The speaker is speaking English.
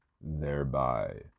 thereby